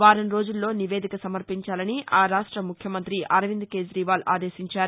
వారం రోజుల్లో నివేదిక సమర్పించాలని ఆ రాష్ట ముఖ్యమంత్రి అరవింద్ కేఁజీవాల్ ఆదేశించారు